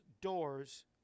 doors